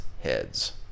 heads